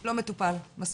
לא מטופל מספיק.